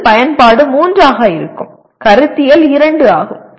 இதில் பயன்பாடு 3 ஆக இருக்கும் கருத்தியல் 2 ஆகும்